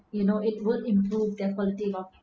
you know it would improve their quality of